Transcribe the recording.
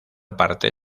parte